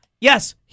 yes